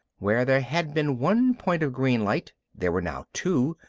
where there had been one point of green light there were now two,